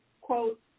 quote